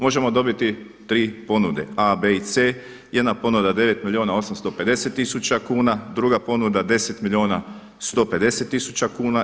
Možemo dobiti 3 ponude a, b i c. Jedna ponuda 9 milijuna i 850 tisuća kuna, druga ponuda 10 milijuna i 150 tisuća kuna.